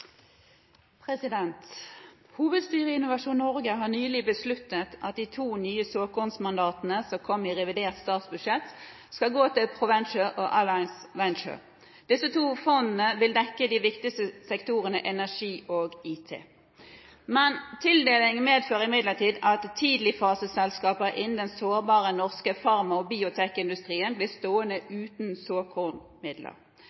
i Innovasjon Norge har nylig vedtatt at de to nye såkornmandatene, som kom i revidert budsjett, skal gå til Proventure og Alliance Venture. Disse to fondene vil dekke de viktige sektorene energi og IT. Men tildelingen medfører imidlertid at tidligfaseselskapene innen den sårbare norske farma-/biotekindustrien blir stående